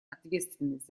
ответственность